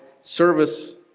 service